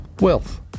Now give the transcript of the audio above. Wealth